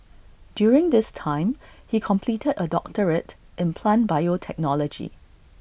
during this time he completed A doctorate in plant biotechnology